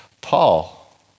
Paul